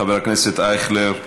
חבר הכנסת אייכלר,